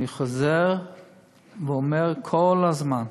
אני חוזר ואומר כל הזמן,